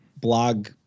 blog